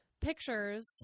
pictures